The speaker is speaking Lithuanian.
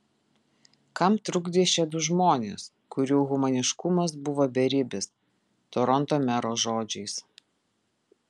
kam trukdė šie du žmonės kurių humaniškumas buvo beribis toronto mero žodžiais